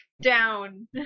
down